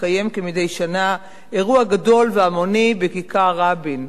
התקיים כמדי שנה אירוע גדול והמוני בכיכר-רבין.